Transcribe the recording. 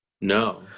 no